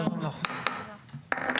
הישיבה ננעלה בשעה 11:51.